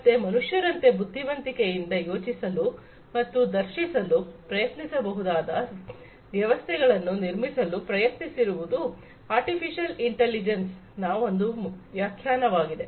ಮತ್ತೆ ಮನುಷ್ಯರಂತೆ ಬುದ್ಧಿವಂತಿಕೆಯಿಂದ ಯೋಚಿಸಲು ಮತ್ತು ವರ್ತಿಸಲು ಪ್ರಯತ್ನಿಸಬಹುದಾದ ವ್ಯವಸ್ಥೆಗಳನ್ನು ನಿರ್ಮಿಸಲು ಪ್ರಯತ್ನಿಸುವುದು ಆರ್ಟಿಫಿಶಿಯಲ್ ಇಂಟಲಿಜೆನ್ಸ್ ನ ಒಂದು ವ್ಯಾಖ್ಯಾನವಾಗಿದೆ